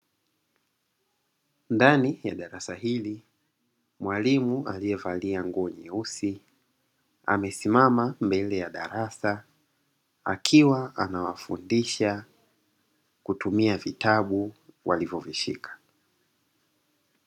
Ndani ya darasa hili, mwalimu aliyevalia nguo nyeusi amesimama mbele ya darasa akiwa anawafundisha kutumia vitabu walivyovishika.